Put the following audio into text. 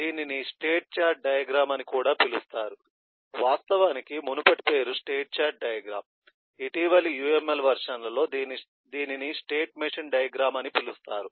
దీనిని state chart diagram అని కూడా పిలుస్తారు వాస్తవానికి మునుపటి పేరు స్టేట్ చార్ట్ డయాగ్రమ్ ఇటీవలి UML వెర్షన్లలో దీనిని స్టేట్ మెషిన్ డయాగ్రమ్ అని పిలుస్తారు